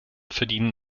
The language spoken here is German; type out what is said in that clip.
verdienen